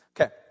Okay